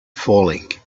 falling